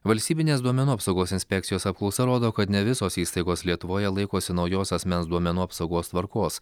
valstybinės duomenų apsaugos inspekcijos apklausa rodo kad ne visos įstaigos lietuvoje laikosi naujos asmens duomenų apsaugos tvarkos